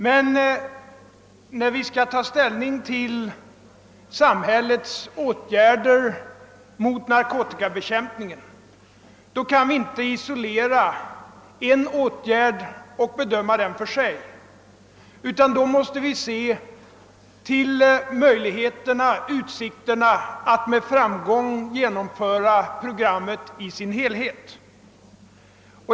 Men när vi skall ta ställning till samhällets åtgärder i narkotikabekämpande syfte, kan vi inte isolera en åtgärd och bedöma den för sig, utan då måste vi se till utsikterna att med framgång genomföra programmet i sin helhet.